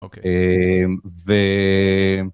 אוקיי, ו...